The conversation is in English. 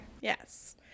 yes